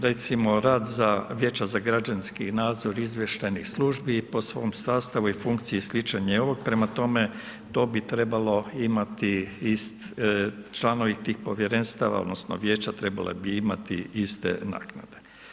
Recimo rad za vijeća građanski nadzor i izvještajnih službi, po svom sastavu i funkciji sličan je ovom, prema tome, to bi trebalo imati, članovi tih povjerenstava, odnosno, vijeća trebala bi imati iste naknade.